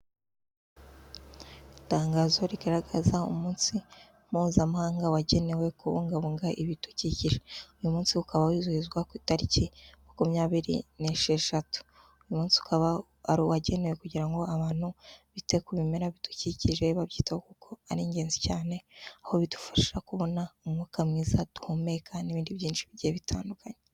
Itangazo rigaragaza umunsi mpuzamahanga wagenewe kubungabunga ibidukikije, uyu munsi ukaba wizihizwa ku itariki makumyabiri n'esheshatu, uyu munsi ukaba ari uwagenewe kugira ngo abantu bite ku bimera bidukikije babyitaho kuko ari ingenzi cyane kuko bidufasha kubona umwuka mwiza duhumeka n'ibindi byinshi bigiye bitandukanye.